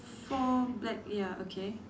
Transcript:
four black ya okay